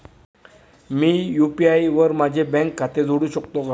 मी UPI वर माझे bank खाते जोडू शकतो का?